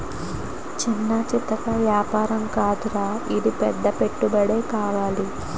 చిన్నా చితకా ఏపారం కాదురా ఇది పెద్ద పెట్టుబడే కావాలి